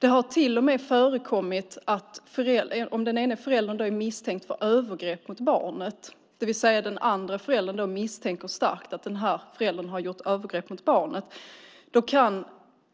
Det har till och med förekommit att om den ene föräldern starkt misstänker att den andre föräldern har begått övergrepp mot barnet kan